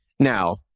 Now